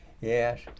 yes